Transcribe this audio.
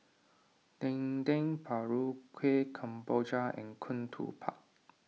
Dendeng Paru Kueh Kemboja and Ketupat